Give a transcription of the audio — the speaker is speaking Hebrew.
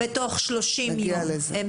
נגיע לזה.